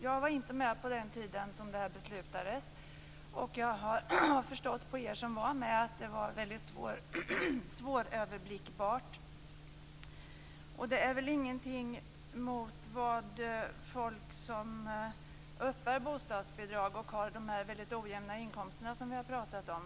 Jag var inte med på den tiden då det här beslutades, och jag har förstått på er som var med att det var väldigt svåröverblickbart. Det är väl ingenting mot vad folk tycker som uppbär bostadsbidrag och som har ojämna inkomster, som vi har pratat om.